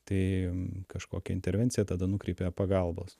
tai kažkokia intervencija tada nukreipia pagalbos